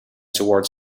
towards